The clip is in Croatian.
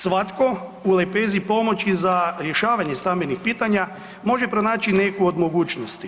Svatko u lepezi pomoći za rješavanje stambenih pitanja može pronaći neku od mogućnosti.